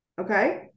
Okay